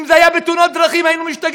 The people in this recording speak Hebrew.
אם זה היה בתאונות דרכים, היינו משתגעים.